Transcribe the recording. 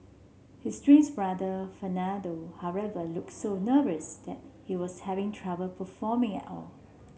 his twins brother Fernando however looked so nervous that he was having trouble performing at all